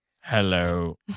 Hello